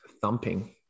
Thumping